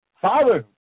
Father